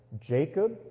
Jacob